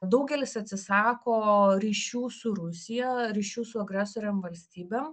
daugelis atsisako ryšių su rusija ryšių su agresorėm valstybėm